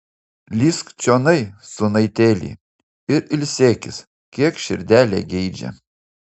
lįsk čionai sūnaitėli ir ilsėkis kiek širdelė geidžia